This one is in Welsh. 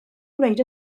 gwneud